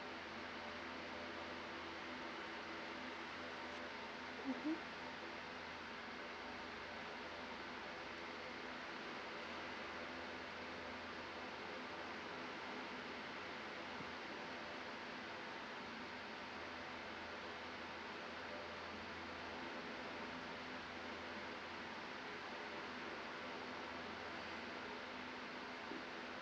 mmhmm